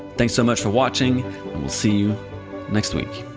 thanks so much for watching and we'll see you next week